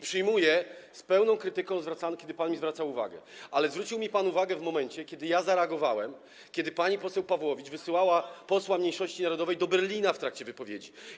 Przyjmuję z pełną krytyką, kiedy pan zwraca mi uwagę, ale zwrócił mi pan uwagę w momencie, kiedy zareagowałem w sytuacji, kiedy pani poseł Pawłowicz wysyłała posła mniejszości narodowej do Berlina w trakcie wypowiedzi.